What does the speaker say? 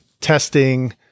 testing